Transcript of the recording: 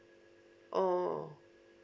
oh